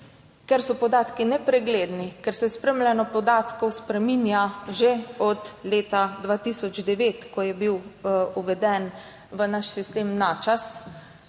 Ker so podatki nepregledni, ker se spremljanje podatkov spreminja že od leta 2009, ko je bil uveden v naš sistem Načas,